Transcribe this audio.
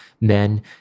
men